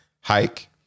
hike